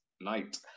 night